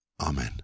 Amen